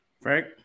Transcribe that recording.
Frank